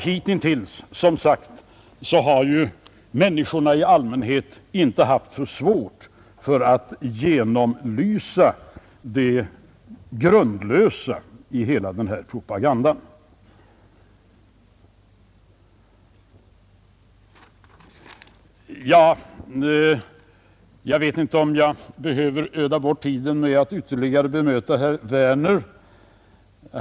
Hittills har som sagt människorna i allmänhet inte heller haft så stora svårigheter för att genomlysa det grundlösa i hela denna propaganda. Jag vet inte om jag behöver öda bort tiden med att ytterligare bemöta herr Werner.